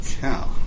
cow